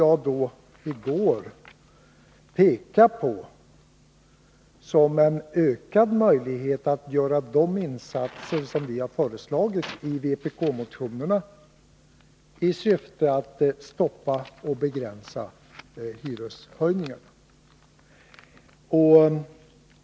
Jag ville i går peka på att detta kunde ge ökade möjligheter att göra de insatser som vi har föreslagit i vpk-motionerna i syfte att begränsa och stoppa hyreshöjningarna.